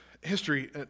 history